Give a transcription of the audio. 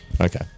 Okay